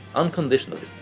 unconditionally.